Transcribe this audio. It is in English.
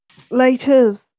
Laters